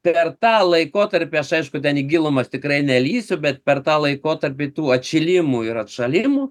per tą laikotarpį aš aišku ten į gilumas tikrai nelįsiu bet per tą laikotarpį tų atšilimų ir atšalimų